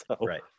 right